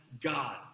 God